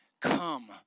come